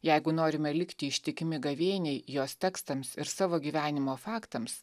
jeigu norime likti ištikimi gavėniai jos tekstams ir savo gyvenimo faktams